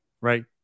right